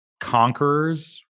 conquerors